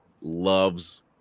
loves